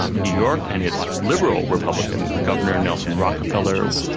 um new york and its liberal republican governor, nelson rockefeller,